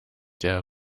der